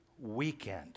weekend